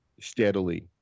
steadily